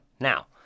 Now